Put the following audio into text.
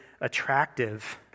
attractive